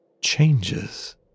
changes